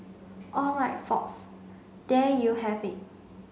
all right folks there you have it